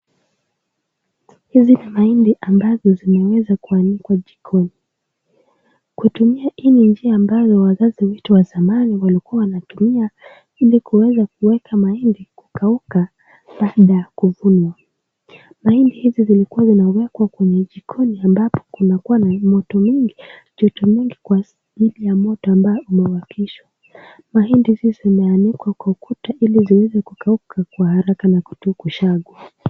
Hizi ni mahindi ambazo zimeweza kuanikwa jikoni. Kutumia hii ni njia ya wazazi wetu wa zamani walikuwa wanatumia ili kuweza kuweka mahindi kukauka baada ya kuvunwa mahindi hizi zilikuwa zinawekwa kwenye jikoni ambapo kulikuwa na moto mingi joto mingi kwa ajili ya moto ambao umewakishwa. Mahindi hizi zimeanikwa kwa ukuta ili ziweze kukauka kwa haraka na kutokwa shago.